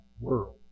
world